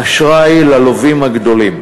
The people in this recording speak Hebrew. באשראי ללווים הגדולים,